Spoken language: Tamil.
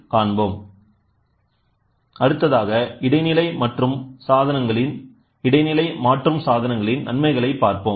எனவே அடுத்ததாக இடைநிலை மாற்றும் சாதனங்களின் நன்மைகளைப் பார்ப்போம்